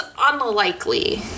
unlikely